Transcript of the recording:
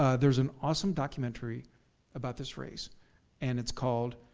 ah there's an awesome documentary about this race and it's called,